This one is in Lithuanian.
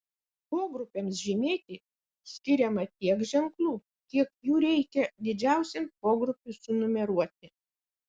pogrupiams žymėti skiriama tiek ženklų kiek jų reikia didžiausiam pogrupiui sunumeruoti